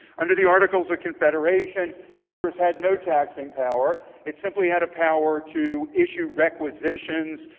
under the articles of confederation, congress had no taxing power. it simply had a power to issue requisitions,